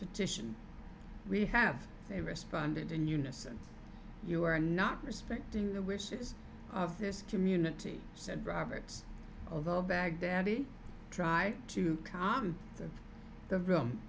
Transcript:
petition we have they responded in unison you are not respecting the wishes of this community said roberts although baghdadi try to calm the